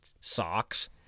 socks